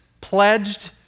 pledged